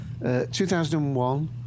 2001